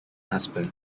husband